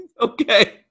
Okay